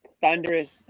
thunderous